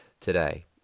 today